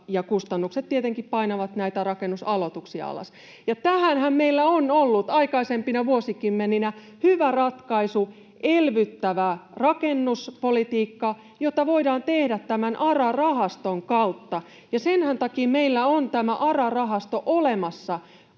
kustannukset tietenkin painavat näitä rakennusaloituksia alas. Ja tähänhän meillä on ollut aikaisempina vuosikymmeninä hyvä ratkaisu: elvyttävä rakennuspolitiikka, jota voidaan tehdä tämän ARA-rahaston kautta. Senhän takia meillä on tämä ARA-rahasto olemassa